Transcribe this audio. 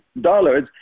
dollars